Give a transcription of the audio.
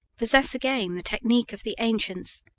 possess again the technique of the ancients,